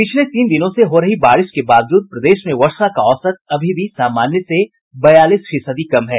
पिछले तीन दिनों से हो रही बारिश के बावजूद प्रदेश में वर्षा का औसत अभी भी सामान्य से बयालीस फीसदी कम है